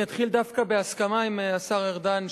אני אתחיל דווקא בהסכמה עם השר ארדן,